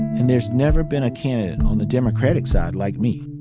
and there's never been a candidate on the democratic side like me,